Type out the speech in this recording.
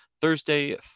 thursday